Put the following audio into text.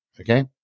okay